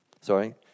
Sorry